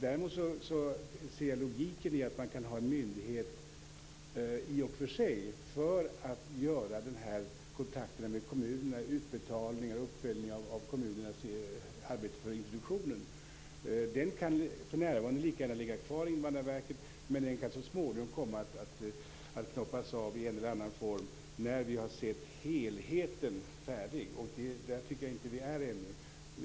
Däremot ser jag i och för sig logiken i att ha en myndighet för kontakterna med kommunerna, dvs. utbetalningar och uppföljning av kommunernas arbete för introduktionen. Det arbetet kan för närvarande lika gärna ligga kvar i Invandrarverket, men det kan så småningom tappas av i en eller annan form när vi har sett en färdig helhet. Jag tycker inte att vi är där ännu.